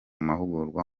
mahugurwa